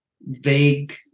vague